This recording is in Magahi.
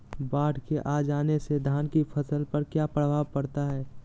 बाढ़ के आ जाने से धान की फसल पर किया प्रभाव पड़ता है?